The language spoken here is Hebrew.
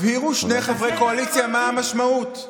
הבהירו שני חברי קואליציה מה המשמעות.